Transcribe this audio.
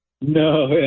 No